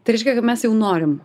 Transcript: tai reiškia kad mes jau norim